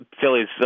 Phillies